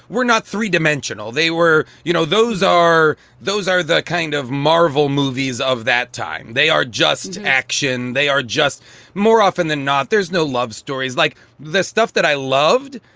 we're not three dimensional. they were you know, those are those are the kind of marvel movies of that time. they are just action. they are just more often than not. there's no love stories like this. stuff that i loved,